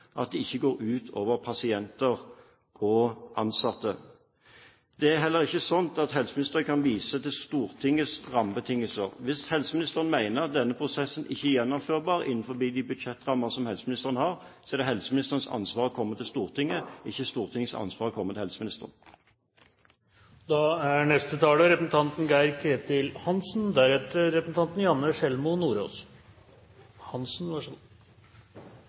at det ikke går ut over pasienter og ansatte. Det er heller ikke slik at helseministeren kan vise til Stortingets rammebetingelser. Hvis helseministeren mener denne prosessen ikke er gjennomførbar innenfor de budsjettrammer som helseministeren har, er det helseministerens ansvar å komme til Stortinget, ikke Stortingets ansvar å komme til helseministeren. Det er